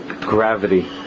gravity